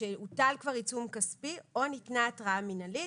שקבע הנציב כנדרש לביצוע התאמות נגישות.